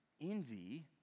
Envy